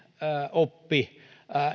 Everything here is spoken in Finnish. oppi